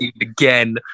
again